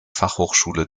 fachhochschule